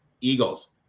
Eagles